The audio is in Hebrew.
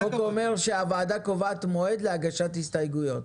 החוק אומר שהוועדה קובעת מועד להגשת הסתייגויות.